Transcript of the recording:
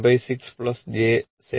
6 j 7